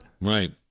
Right